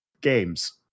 games